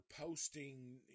posting